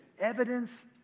evidence